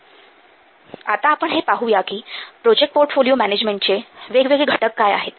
१९५५ आता आपण हे पाहूया कि प्रोजेक्ट पोर्टफोलिओ मॅनॅजमेन्टचे वेगवेगळे घटक काय आहेत